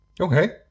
Okay